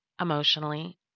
emotionally